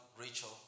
Rachel